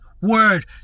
word